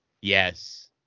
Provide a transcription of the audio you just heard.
Yes